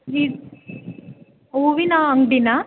ಹೂವಿನ ಅಂಗಡಿ